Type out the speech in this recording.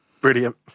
brilliant